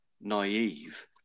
naive